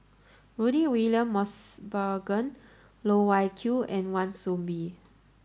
Rudy William Mosbergen Loh Wai Kiew and Wan Soon Mee